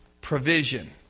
provision